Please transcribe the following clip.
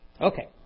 Okay